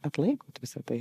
atlaikot visa tai